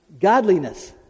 Godliness